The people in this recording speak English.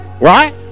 right